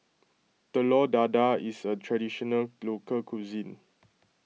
Telur Dadah is a Traditional Local Cuisine